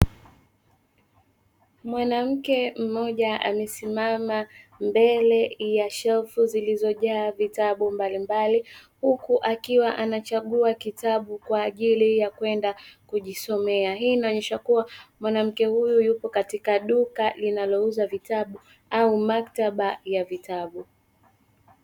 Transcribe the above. Mwanamke mmoja amesimama mbele ya shelfu zilizojaa vitabu mbalimbali, huku akiwa anachagua kitabu kwaajili ya kwenda kujisomea. Hii inaonyesha kua mwanamke huyu yupo katika duka linalouza vitabu au maktaba ya vitabu.